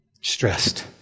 stressed